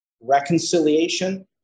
reconciliation